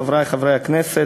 חברי חברי הכנסת,